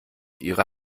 ihre